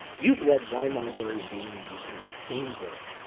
you've led winelibrary and vaynermedia through insane growth,